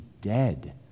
dead